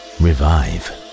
revive